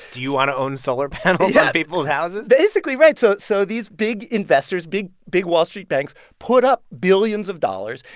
do you want to own solar panels on yeah people's houses? basically, right. so so these big investors, big big wall street banks, put up billions of dollars.